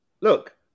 look